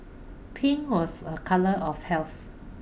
pink was a colour of health